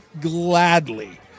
gladly